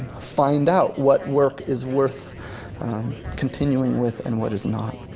find out what work is worth continuing with and what is not.